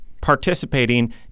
participating